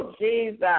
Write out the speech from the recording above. Jesus